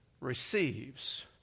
receives